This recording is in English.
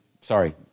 Sorry